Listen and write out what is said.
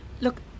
Look